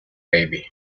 baby